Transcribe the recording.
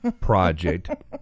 Project